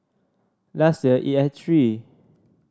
last year it had three